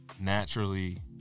naturally